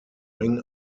ring